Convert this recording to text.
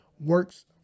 works